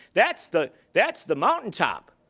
that's the that's the mountaintop.